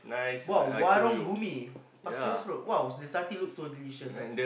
!wow! Warung-Bumi Pasir-Ris-Road !wow! the satay looks so delicious ah